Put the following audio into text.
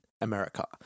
America